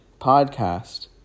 podcast